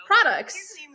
products